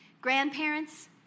grandparents